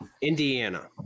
Indiana